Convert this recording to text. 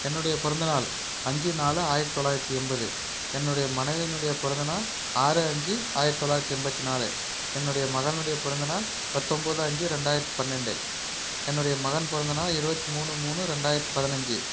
என்னுடைய பிறந்தநாள் அஞ்சு நாலு ஆயிரத்தி தொள்ளாயிரத்தி எண்பது என்னுடைய மனைவினுடைய பிறந்தநாள் ஆறு அஞ்சு ஆயிரத்தி தொள்ளாயிரத்தி எண்பத்தி நாலு என்னுடைய மகனுடைய பிறந்தநாள் பத்தன்போது அஞ்சு ரெண்டாயிரத்தி பன்னெரெண்டு என்னுடைய மகன் பிறந்தநாள் இருபத்தி மூணு மூணு ரெண்டாயிரத்தி பதினஞ்சு